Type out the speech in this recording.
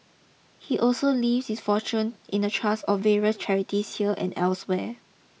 he also leaves his fortune in a trust of various charities here and elsewhere